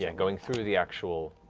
yeah going through the actual